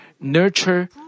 nurture